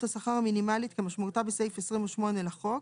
השכר המינימלית כמשמעותה בסעיף 28 לחוק,